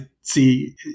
see